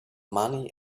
money